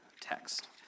text